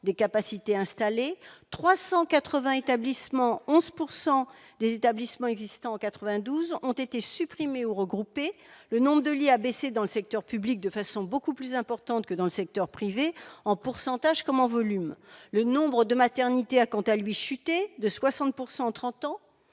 des capacités installées ; 380 établissements- 11 % des établissements existants en 1992 -ont été supprimés ou regroupés ; le nombre de lits a baissé dans le secteur public de façon beaucoup plus importante que dans le secteur privé, en pourcentage comme en volume. Le nombre de maternités a, quant à lui, chuté de 60 % en trente